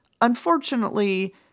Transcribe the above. Unfortunately